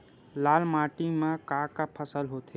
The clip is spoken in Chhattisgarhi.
लाल माटी म का का फसल होथे?